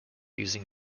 using